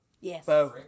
Yes